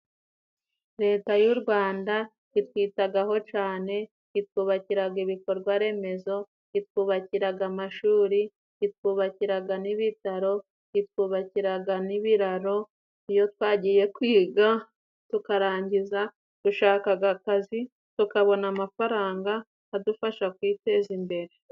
Leta y'u Rwanda itwitagaho cane, itwubakiraga ibikorwa remezo itwubakiraga amashuri itwubakiraga n'ibitaro, itwubakiraga n'ibiraro. Iyo twagiye kwiga tukarangiza, dushaka akazi tukabona amafaranga adufasha kwiteza imbere.